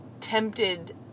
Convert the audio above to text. tempted